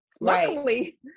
Luckily